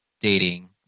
dating